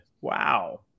Wow